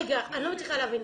רגע, אני לא מצליחה להבין.